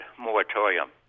moratorium